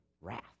wrath